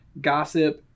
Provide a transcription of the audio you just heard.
gossip